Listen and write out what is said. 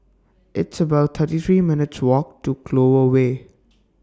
It's about thirty three minutes' Walk to Clover Way